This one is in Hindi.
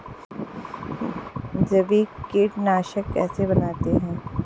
जैविक कीटनाशक कैसे बनाते हैं?